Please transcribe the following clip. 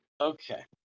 Okay